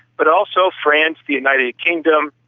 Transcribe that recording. but also france, the united kingdom,